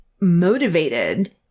motivated